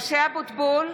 משה אבוטבול,